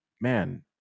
man